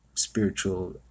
spiritual